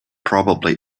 probably